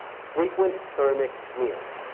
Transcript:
frequent thermic meals.